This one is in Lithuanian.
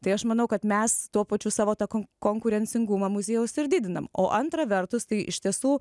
tai aš manau kad mes tuo pačiu savo tą ko konkurencingumą muziejaus ir didinam o antra vertus tai iš tiesų